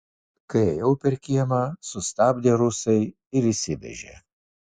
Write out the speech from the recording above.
kai ėjau per kiemą sustabdė rusai ir išsivežė